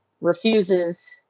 refuses